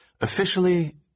Officially